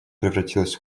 превратилось